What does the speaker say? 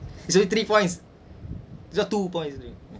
is already three points I thought two points